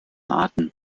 arten